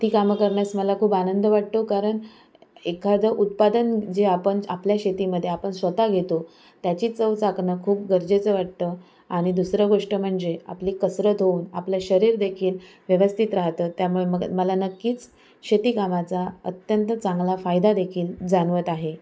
ती कामं करण्यास मला खूप आनंद वाटतो कारण एखादं उत्पादन जे आपण आपल्या शेतीमध्ये आपण स्वतः घेतो त्याची चव चाखणं खूप गरजेचं वाटतं आणि दुसरं गोष्ट म्हणजे आपली कसरत होऊन आपलं शरीर देखील व्यवस्थित राहतं त्यामुळे मग मला नक्कीच शेतीकामाचा अत्यंत चांगला फायदा देखील जाणवत आहे